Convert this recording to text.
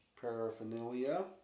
paraphernalia